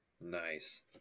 nice